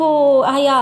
והיה,